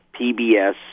PBS